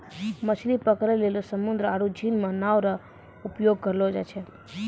मछली पकड़ै लेली समुन्द्र आरु झील मे नांव रो उपयोग करलो जाय छै